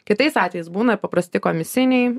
kitais atvejais būna paprasti komisiniai